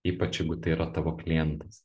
ypač jeigu tai yra tavo klientas